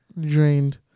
drained